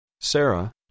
Sarah